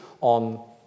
on